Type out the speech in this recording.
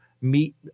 meet